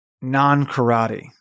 Non-karate